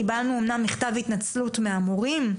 קיבלנו אמנם מכתב התנצלות מהמורים,